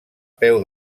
peu